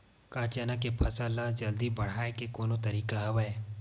का चना के फसल ल जल्दी बढ़ाये के कोनो तरीका हवय?